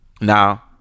Now